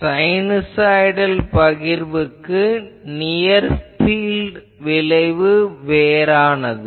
sinusoidal பகிர்வுக்கு near field விளைவு வேறானது